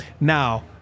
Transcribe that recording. now